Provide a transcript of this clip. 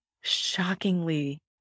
shockingly